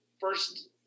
first